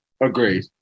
Agreed